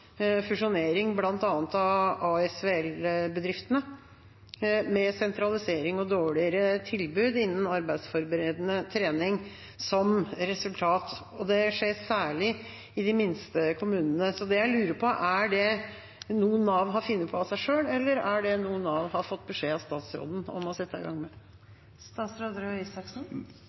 fusjonering av bl.a. ASVL-bedriftene, med sentralisering og dårligere tilbud innen arbeidsforberedende trening som resultat. Det skjer særlig i de minste kommunene. Det jeg lurer på, er om det er noe Nav har funnet på av seg selv, eller om det er noe Nav har fått beskjed av statsråden om å sette i gang